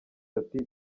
ati